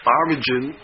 origin